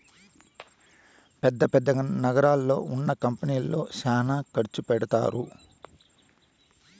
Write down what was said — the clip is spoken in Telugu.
పెద్ద పెద్ద నగరాల్లో ఉన్న కంపెనీల్లో శ్యానా ఖర్చు పెడతారు